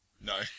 No